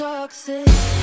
Toxic